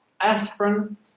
aspirin